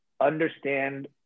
understand